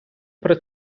про